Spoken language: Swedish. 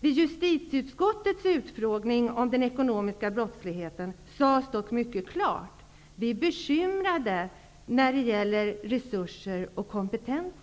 Vid justitieutskottets utfrågning om den ekonomiska brottsligheten sades det dock mycket klart att man var bekymrad när det gäller resurser och kompetens.